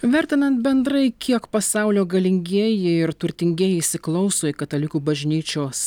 vertinant bendrai kiek pasaulio galingieji ir turtingieji įsiklauso į katalikų bažnyčios